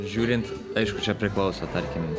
žiūrint aišku čia priklauso tarkim